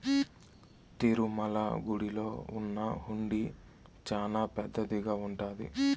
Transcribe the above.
తిరుమల గుడిలో ఉన్న హుండీ చానా పెద్దదిగా ఉంటాది